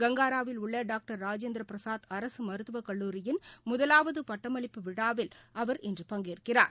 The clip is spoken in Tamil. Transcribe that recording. கங்காராவில் உள்ளடாங்டர் ராஜேந்திரபிரசாத் அரசுமருத்துவக் கல்லூரியிள் முதலாவதுபட்டமளிப்பு விழாவில் இன்றுஅவர் பங்கேற்கிறார்